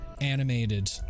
Animated